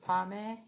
怕 meh